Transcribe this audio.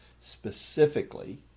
specifically